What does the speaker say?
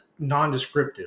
nondescriptive